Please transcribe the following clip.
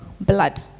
blood